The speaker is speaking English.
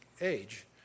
age